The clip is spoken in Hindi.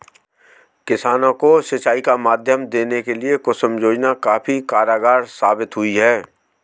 किसानों को सिंचाई का माध्यम देने के लिए कुसुम योजना काफी कारगार साबित हुई है